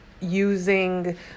using